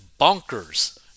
bonkers